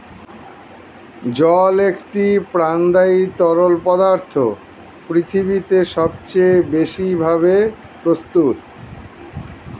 জল একটি প্রাণদায়ী তরল পদার্থ পৃথিবীতে সবচেয়ে বেশি ভাবে প্রস্তুত